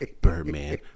Birdman